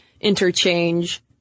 interchange